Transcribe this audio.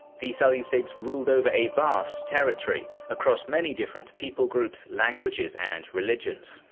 the seleucids ruled over a vast territory, across many different people groups, languages and religions.